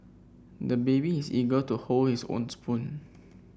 the baby is eager to hold his own spoon